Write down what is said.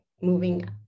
moving